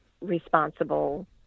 responsible